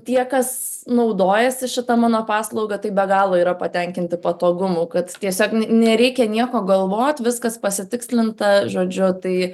tie kas naudojasi šita mano paslauga tai be galo yra patenkinti patogumu kad tiesiog nereikia nieko galvot viskas pasitikslinta žodžiu tai